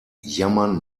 jammern